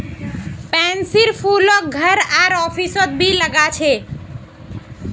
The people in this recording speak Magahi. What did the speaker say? पैन्सीर फूलक घर आर ऑफिसत भी लगा छे